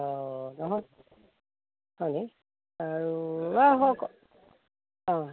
অঁ নহয় হয় নেকি আৰু ৰহ আকৌ অঁ